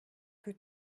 que